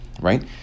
right